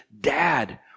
Dad